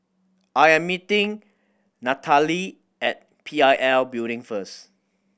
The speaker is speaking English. I am meeting Nathaly at P I L Building first